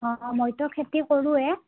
অঁ অঁ মইতো খেতি কৰোঁৱে